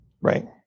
Right